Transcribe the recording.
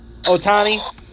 Otani